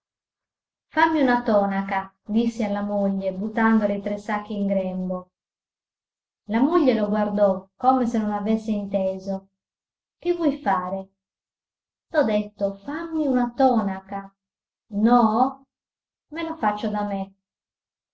fammi una tonaca disse alla moglie buttandole i tre sacchi in grembo la moglie lo guardò come se non avesse inteso che vuoi fare t'ho detto fammi una tonaca no me la faccio da me